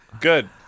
Good